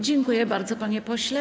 Dziękuję bardzo, panie pośle.